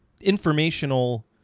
informational